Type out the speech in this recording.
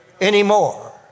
anymore